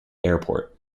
airport